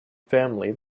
family